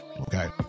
Okay